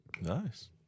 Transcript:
nice